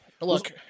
Look